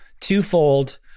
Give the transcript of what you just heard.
twofold